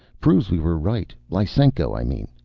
proves we were right. lysenko, i mean.